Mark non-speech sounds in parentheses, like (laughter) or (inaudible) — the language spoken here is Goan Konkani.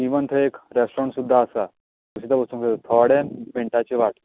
इवन थंय रेस्टोरंन्ट सुद्दां आसा (unintelligible) थोडे मिंटाची वाट